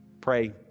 Pray